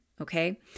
okay